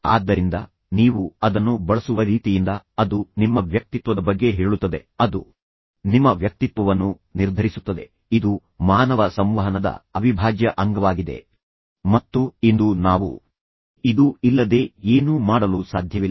ಆದ್ದರಿಂದ ನೀವು ಅದನ್ನು ಬಳಸುವ ರೀತಿಯಿಂದ ಅದು ನಿಮ್ಮ ವ್ಯಕ್ತಿತ್ವದ ಬಗ್ಗೆ ಹೇಳುತ್ತದೆ ಅದು ನಿಮ್ಮ ವ್ಯಕ್ತಿತ್ವವನ್ನು ನಿರ್ಧರಿಸುತ್ತದೆ ಇದು ಮಾನವ ಸಂವಹನದ ಅವಿಭಾಜ್ಯ ಅಂಗವಾಗಿದೆ ಮತ್ತು ಇಂದು ನಾವು ಇದು ಇಲ್ಲದೆ ಏನೂ ಮಾಡಲು ಸಾಧ್ಯವಿಲ್ಲ